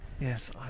Yes